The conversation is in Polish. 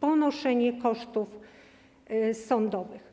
ponoszenie kosztów sądowych.